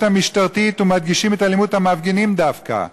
המשטרתית ומדגישים את אלימות המפגינים דווקא?